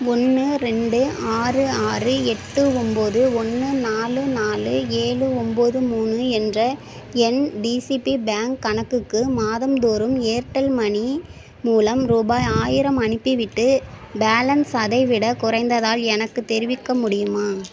ஒன்று ரெண்டு ஆறு ஆறு எட்டு ஒம்பது ஒன்று நாலு நாலு ஏழு ஒம்பது மூணு என்ற என் டிசிபி பேங்க் கணக்குக்கு மாதம்தோறும் ஏர்டெல் மணி மூலம் ரூபாய் ஆயிரம் அனுப்பிவிட்டு பேலன்ஸ் அதைவிடக் குறைந்தால் எனக்குத் தெரிவிக்க முடியுமா